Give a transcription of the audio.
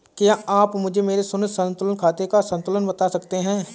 क्या आप मुझे मेरे शून्य संतुलन खाते का संतुलन बता सकते हैं?